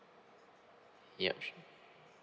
yup